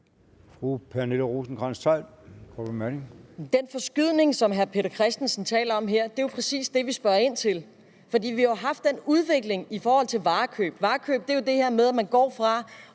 Den forskydning, som hr. Peter Christensen her taler om, er jo præcis det, vi spørger ind til, for der har jo været den udvikling, når det gælder varekøb. Varekøb er det her med, at man går fra